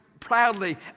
proudly